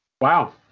Wow